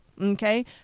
okay